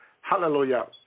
Hallelujah